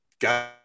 got